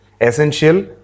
essential